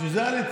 בשביל זה עליתי.